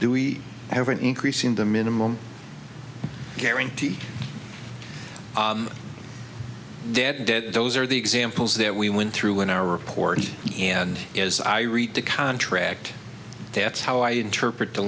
do we have an increasing the minimum guarantee dead dead those are the examples that we went through in our report and as i read the contract that's how i interpret the